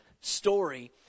story